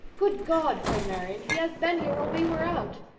good god! cried marianne, he has been here while we were out.